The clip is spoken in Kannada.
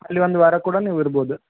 ಅಲ್ಲಿ ಒಂದು ವಾರ ಕೂಡ ನೀವು ಇರ್ಬೋದು